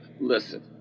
Listen